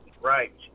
Right